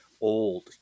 old